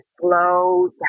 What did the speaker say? slow